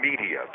media